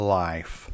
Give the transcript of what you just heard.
life